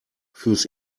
fürs